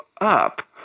up